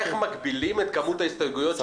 אבל איך מגבילים את כמות ההסתייגויות שלנו?